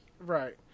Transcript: Right